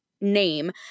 name